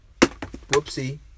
Whoopsie